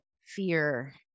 fear